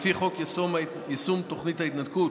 לפי חוק יישום תוכנית ההתנתקות,